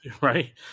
right